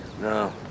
No